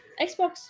Xbox